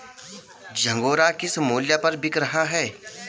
झंगोरा किस मूल्य पर बिक रहा है?